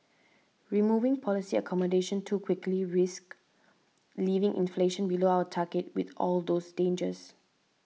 removing policy accommodation too quickly risks leaving inflation below our target with all those dangers